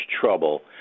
trouble